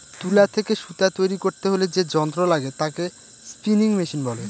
তুলা থেকে সুতা তৈরী করতে হলে যে যন্ত্র লাগে তাকে স্পিনিং মেশিন বলে